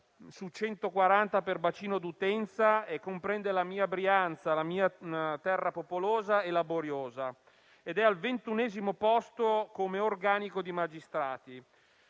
su 140 per bacino d'utenza e comprende la mia Brianza, la mia terra popolosa e laboriosa, ed è al ventunesimo posto come organico di magistrati.